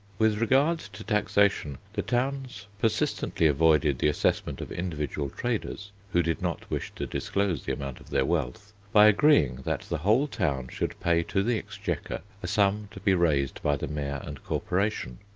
with regard to taxation the towns persistently avoided the assessment of individual traders, who did not wish to disclose the amount of their wealth, by agreeing that the whole town should pay to the exchequer a sum to be raised by the mayor and corporation.